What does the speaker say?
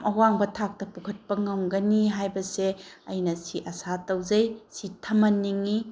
ꯑꯋꯥꯡꯕ ꯊꯥꯛꯇ ꯄꯨꯈꯠꯄ ꯉꯝꯒꯅꯤ ꯍꯥꯏꯕꯁꯦ ꯑꯩꯅ ꯁꯤ ꯑꯁꯥ ꯇꯧꯖꯩ ꯁꯤ ꯊꯝꯍꯟꯅꯤꯡꯉꯤ